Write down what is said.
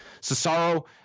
Cesaro